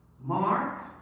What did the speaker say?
Mark